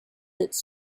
which